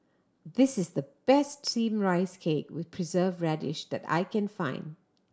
this is the best Steamed Rice Cake with Preserved Radish that I can find